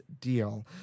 deal